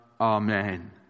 Amen